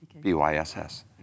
B-Y-S-S